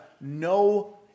no